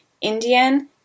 Indian